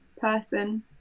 person